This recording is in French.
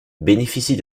bénéficie